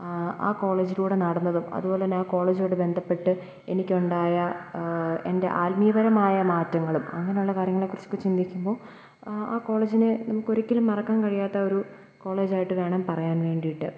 ആ കോളേജിലൂടെ നടന്നതും അതുപോലെ തന്നെ ആ കോളജുമായിട്ട് ബന്ധപ്പെട്ട് എനിക്കുണ്ടായ എൻ്റെ ആത്മീയപരമായ മാറ്റങ്ങളും അങ്ങനെയുള്ള കാര്യങ്ങളെക്കുറിച്ചൊക്കെ ചിന്തിക്കുമ്പോൾ ആ കോളേജിനെ നമുക്കൊരിക്കലും മറക്കാൻ കഴിയാത്തൊരു കോളേജായിട്ടു വേണം പറയാൻ വേണ്ടിയിട്ട്